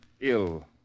ill